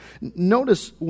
Notice